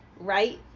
right